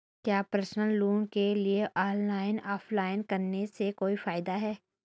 क्या personal loan के लिए ऑनलाइन अप्लाई करने से कोई फायदा है?